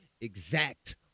exact